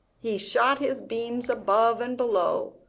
he shot his beams above and below,